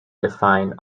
defined